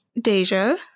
deja